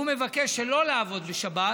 והוא מבקש שלא לעבוד בשבת,